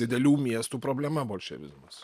didelių miestų problema bolševizmas